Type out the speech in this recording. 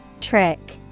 Trick